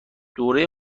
دوره